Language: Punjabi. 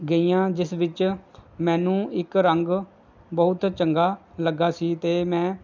ਗਈਆਂ ਜਿਸ ਵਿੱਚ ਮੈਨੂੰ ਇੱਕ ਰੰਗ ਬਹੁਤ ਚੰਗਾ ਲੱਗਾ ਸੀ ਅਤੇ ਮੈਂ